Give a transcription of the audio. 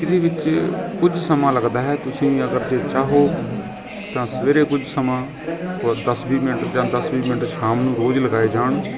ਇਹਦੇ ਵਿੱਚ ਕੁਝ ਸਮਾਂ ਲੱਗਦਾ ਹੈ ਤੁਸੀਂ ਅਗਰ ਜੇ ਚਾਹੋ ਤਾਂ ਸਵੇਰੇ ਕੁਝ ਸਮਾਂ ਦਸ ਵੀਹ ਮਿੰਟ ਜਾਂ ਦਸ ਵੀਹ ਮਿੰਟ ਸ਼ਾਮ ਨੂੰ ਰੋਜ਼ ਲਗਾਏ ਜਾਣ